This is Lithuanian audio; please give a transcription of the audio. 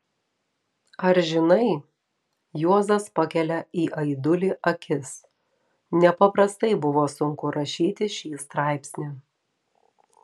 ar žinai juozas pakelia į aidulį akis nepaprastai buvo sunku rašyti šį straipsnį